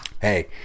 hey